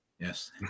Yes